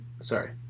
sorry